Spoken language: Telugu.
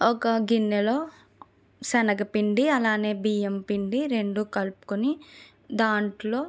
ఒక గిన్నెలో శనగపిండి అలానే బియ్యంపిండి రెండు కలుపుకుని దాంట్లో